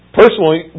personally